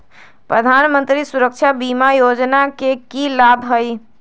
प्रधानमंत्री सुरक्षा बीमा योजना के की लाभ हई?